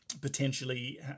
potentially